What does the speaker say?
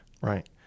Right